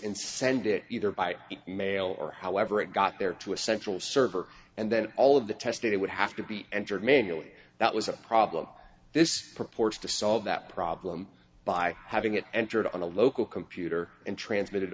in send it either by mail or however it got there to a central server and then all of the test data would have to be entered manually that was a problem this purports to solve that problem by having it entered on the local computer and transmitted